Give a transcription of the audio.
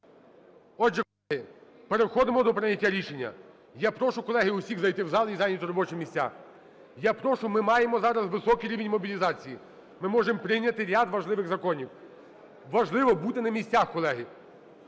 Отже, колеги, переходимо до прийняття рішення. Я прошу, колеги, усіх зайти в зал і зайняти робочі місця. Я прошу, ми маємо зараз високий рівень мобілізації, ми можемо прийняти ряд важливих законів. Важливо бути на місцях, колеги.